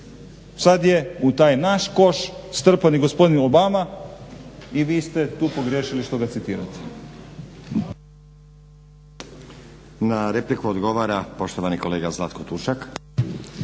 Sad je u taj naš koš strpan i gospodin Obama i vi ste tu pogriješili što ga citirate.